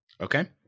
Okay